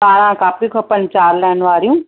ॿारहं कॉपियूं खपनि चारि लाइन वारियूं